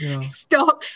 stop